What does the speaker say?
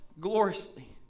gloriously